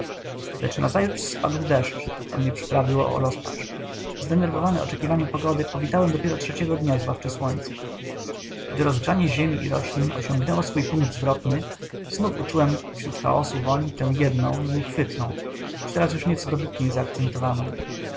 lecz nazajutrz spadł deszcz co mnie przyprawiło o rozpacz zdenerwowany oczekiwaniem pogody powitałem dopiero trzeciego dnia zbawcze słońce gdy rozgrzanie ziemi i roślin osiągnęło swój punkt zwrotny znów uczułem wśród chaosu woni tę jedną nieuchwytną chociaż teraz już nieco dobitniej zaakcentowaną